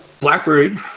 BlackBerry